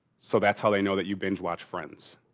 so that's how they know that you binge watch friends,